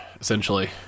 essentially